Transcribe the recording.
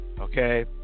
okay